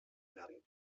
werden